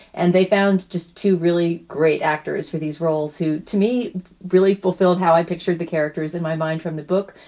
and they found just two really great actors for these roles who to me really fulfilled how i pictured the characters in my mind from the book,